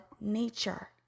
nature